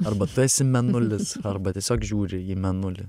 arba tu esi mėnulis arba tiesiog žiūri į mėnulį